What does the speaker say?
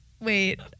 Wait